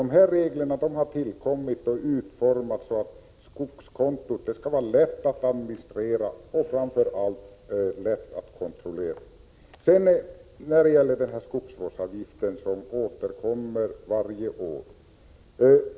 De här reglerna har tillkommit och utformats så att skogskontot skall vara lätt att administrera och framför allt lätt att kontrollera. Debatten om skogsvårdsavgiften återkommer varje år.